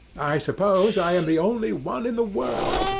i suppose i am the only one in the world.